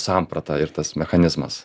samprata ir tas mechanizmas